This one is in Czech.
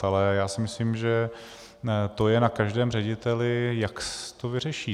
Ale já si myslím, že to je na každém řediteli, jak si to vyřeší.